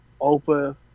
open